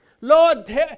Lord